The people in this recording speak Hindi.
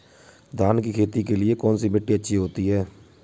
धान की खेती के लिए कौनसी मिट्टी अच्छी होती है?